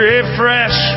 Refresh